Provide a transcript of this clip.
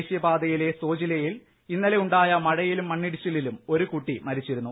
ദേശീയപാതയിലെ സോജില യിൽ ഇന്നലെ ഉണ്ടായ മഴയിലും മണ്ണിടിച്ചിലിലും ഒരു കുട്ടി മരിച്ചിരുന്നു